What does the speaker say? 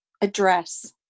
address